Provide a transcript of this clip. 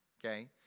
Okay